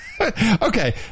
Okay